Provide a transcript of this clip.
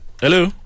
hello